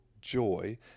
joy